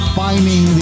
finding